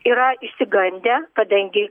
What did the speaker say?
yra išsigandę kadangi